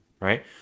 Right